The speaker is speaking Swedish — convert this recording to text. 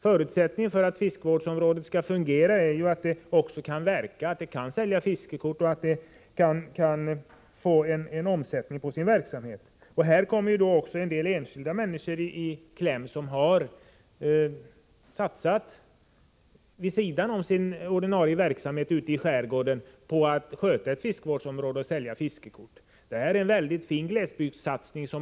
För att ett fiskevårdsområde skall kunna fungera förutsätts t.ex. att det går att sälja fiskekort och att det blir en viss omsättning på verksamheten. En del enskilda människor kan komma i kläm. Det gäller människor som vid sidan av sin ordinarie verksamhet ute i skärgården har satsat på skötseln av ett fiskevårdsområde och på försäljning av fiskekort. Det är ju en väldigt fin glesbygdssatsning.